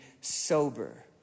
sober